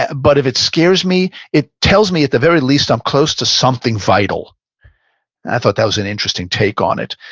ah but if it scares me, it tells me at the very least i'm close to something vital. and i thought that was an interesting take on it.